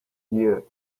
year